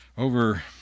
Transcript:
over